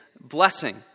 blessing